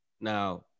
Now